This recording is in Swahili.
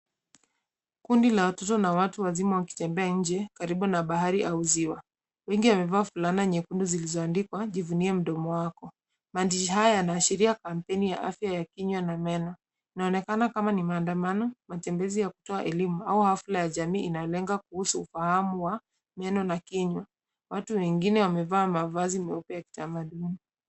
Kundi la watoto na watu wazima wakitembea nje karibu na bahari au ziwa. Wengi wamevaa fulana nyekundu zilizoandikwa jizimie mdomo wako. Maandishi haya yanaashiria kampeni ya afya ya kinywa na meno. Inaonekana kama maandamano, matembezi ya kutoa elimu au hafla ya jamii inayolenga kuhusu ufahamu wa meno na kinywa. Watu wengine wamevaa mavazi meupe ya kitamaduni.